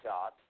God